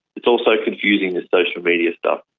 it's all so confusing the social media stuff.